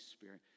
Spirit